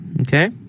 Okay